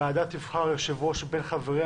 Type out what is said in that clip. הוועדה תבחר יושב-ראש מבין חבריה,